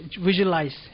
visualize